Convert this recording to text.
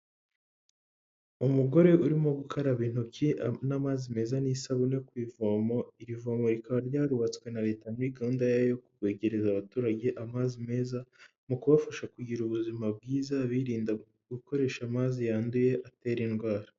Umugore urimo gukaraba intoki n'amazi meza n'isabune ku ivomo, iri voma rikaba ryarubatswe na Leta muri gahunda yayo yo kwegereza abaturage amazi meza mu kubafasha kugira ubuzima bwiza birinda gukoresha amazi yanduye atera indwara.